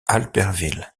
albertville